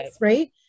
right